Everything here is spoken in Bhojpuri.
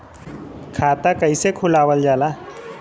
खाता कइसे खुलावल जाला?